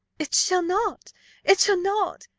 it shall not it shall not!